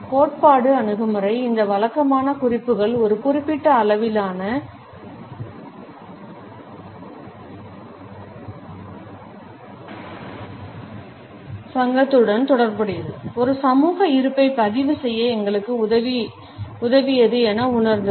கோட்பாட்டு அணுகுமுறை இந்த வழக்கமான குறிப்புகள் ஒரு குறிப்பிட்ட அளவிலான சங்கத்துடன் தொடர்புடைய ஒரு சமூக இருப்பை பதிவு செய்ய எங்களுக்கு உதவியது என்று உணர்ந்தது